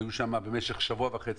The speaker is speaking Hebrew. היו פה בכנסת במשך שבוע וחצי,